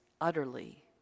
utterly